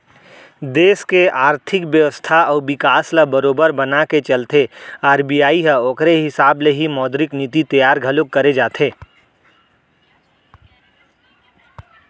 देस के आरथिक बेवस्था अउ बिकास ल बरोबर बनाके चलथे आर.बी.आई ह ओखरे हिसाब ले ही मौद्रिक नीति तियार घलोक करे जाथे